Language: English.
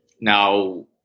now